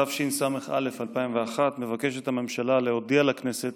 התשס"א 2001, מבקשת הממשלה להודיע לכנסת